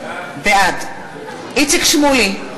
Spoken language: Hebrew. בעד איציק שמולי,